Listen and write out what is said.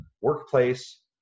workplace